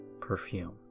perfume